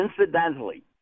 incidentally